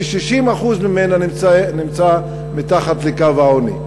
ש-60% ממנה נמצאים מתחת לקו העוני.